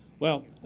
well,